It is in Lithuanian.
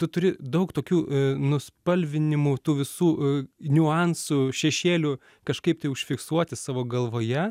tu turi daug tokių nuspalvinimų tų visų niuansų šešėlių kažkaip tai užfiksuoti savo galvoje